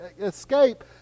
escape